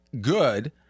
good